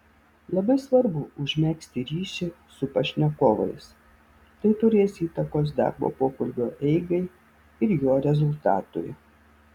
labai svarbu užmegzti ryšį su pašnekovais tai turės įtakos darbo pokalbio eigai ir jo rezultatui